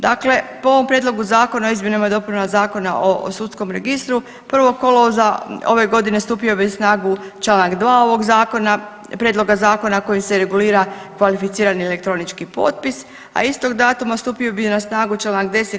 Dakle, po ovom prijedlogu zakona o izmjenama i dopunama Zakona o sudskom registru 1. kolovoza ove godine stupio je na snagu članak 2. ovog zakona, prijedloga zakona kojim se regulira kvalificirani elektronički potpis, a istog datuma stupio bi na snagu članak 10.